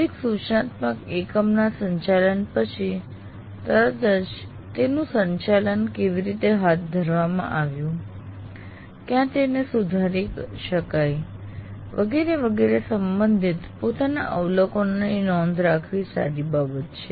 દરેક સૂચનાત્મક એકમના સંચાલન પછી તરત જ તેનું સંચાલન કેવી રીતે હાથ કરવામાં આવ્યું ક્યાં તેને સુધારી શકાય વગેરે વગેરે સંબંધિત પોતાના અવલોકનોની નોંધ રાખવી સારી બાબત છે